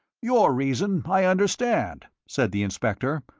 your reason i understand, said the inspector,